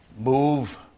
move